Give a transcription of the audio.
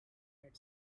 had